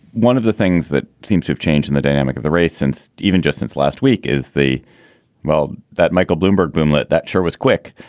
one of the things that seems have changed and the dynamic of the race and even just since last week is the well, that michael bloomberg boomlet that sure was quick.